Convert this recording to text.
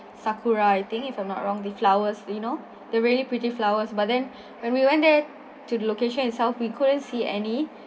sakura I think if I'm not wrong the flowers you know they're really pretty flowers but then when we went there to the location itself we couldn't see any